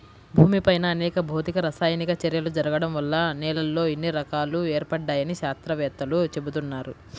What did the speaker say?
భూమిపైన అనేక భౌతిక, రసాయనిక చర్యలు జరగడం వల్ల నేలల్లో ఇన్ని రకాలు ఏర్పడ్డాయని శాత్రవేత్తలు చెబుతున్నారు